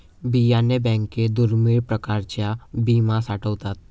बियाणे बँकेत दुर्मिळ प्रकारच्या बिया साठवतात